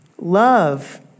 Love